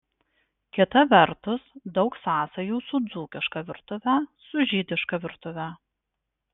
kita vertus daug sąsajų su dzūkiška virtuve su žydiška virtuve